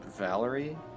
Valerie